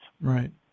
Right